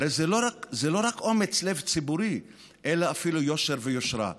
הרי זה לא רק אומץ לב ציבורי אלא אפילו יושר ויושרה.